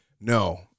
no